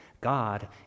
God